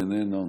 איננו,